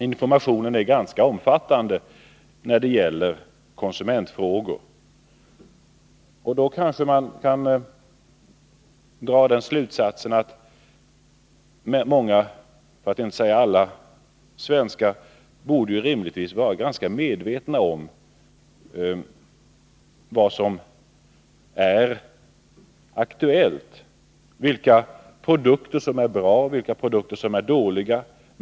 Informationen är ganska omfattande när det gäller konsumentfrågor, och då kanske man kan dra den slutsatsen att många, för att inte säga alla, svenskar rimligtvis borde vara ganska medvetna om vad som är aktuellt, vilka produkter som är bra och vilka produkter som är dåliga.